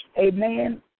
Amen